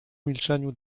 milczeniu